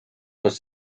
was